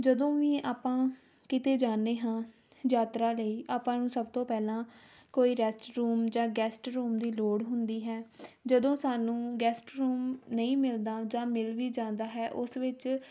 ਜਦੋਂ ਵੀ ਆਪਾਂ ਕਿਤੇ ਜਾਂਦੇ ਹਾਂ ਯਾਤਰਾ ਲਈ ਆਪਾਂ ਨੂੰ ਸਭ ਤੋਂ ਪਹਿਲਾਂ ਕੋਈ ਰੈਸਟ ਰੂਮ ਜਾਂ ਗੈਸਟ ਰੂਮ ਦੀ ਲੋੜ ਹੁੰਦੀ ਹੈ ਜਦੋਂ ਸਾਨੂੰ ਗੈਸਟ ਰੂਮ ਨਹੀਂ ਮਿਲਦਾ ਜਾਂ ਮਿਲ ਵੀ ਜਾਂਦਾ ਹੈ ਉਸ ਵਿੱਚ